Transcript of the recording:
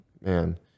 man